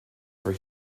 for